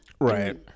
Right